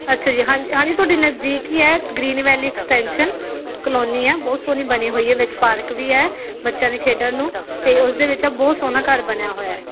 ਅੱਛਾ ਜੀ ਹਾਂਜੀ ਹਾਂਜੀ ਤੁਹਾਡੇ ਨਜ਼ਦੀਕ ਹੀ ਹੈ ਗਰੀਨ ਵੈਲੀ ਐਕਸਟੈਂਸ਼ਨ ਕਲੋਨੀ ਆ ਬਹੁਤ ਸੋਹਣੀ ਬਣੀ ਹੋਈ ਹੈ ਵਿੱਚ ਪਾਰਕ ਵੀ ਹੈ ਬੱਚਿਆਂ ਦੀ ਖੇਡਣ ਨੂੰ ਅਤੇ ਉਸਦੇ ਵਿੱਚ ਬਹੁਤ ਸੋਹਣਾ ਘਰ ਬਣਿਆ ਹੋਇਆ